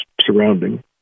surrounding